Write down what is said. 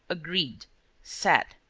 agreed sat.